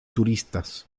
turistas